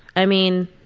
i mean,